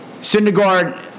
Syndergaard